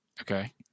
Okay